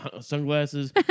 sunglasses